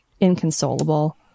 inconsolable